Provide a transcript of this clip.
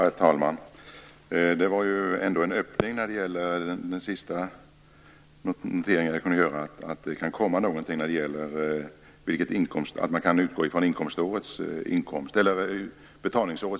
Herr talman! Jag kan notera att det sistnämnda ändå är en öppning, nämligen att det kan komma ett förslag om att man skall utgå från inkomsten under betalningsåret.